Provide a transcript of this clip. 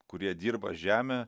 kurie dirba žemę